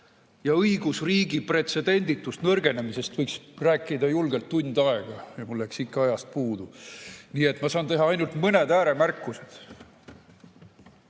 ja õigusriigi pretsedenditust nõrgendamisest võiks rääkida julgelt tund aega, aga mul jääks ikka ajast puudu. Nii et ma saan teha ainult mõned ääremärkused.